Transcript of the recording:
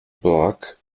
block